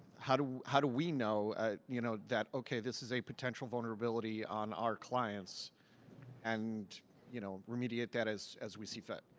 how do how do we know ah you know that, okay, this is a potential vulnerability on our clients and you know remediate that as we see fit.